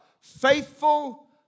Faithful